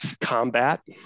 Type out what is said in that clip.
combat